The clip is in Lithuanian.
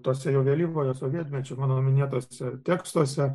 tose jau vėlyvojo sovietmečio mano minėtuose tekstuose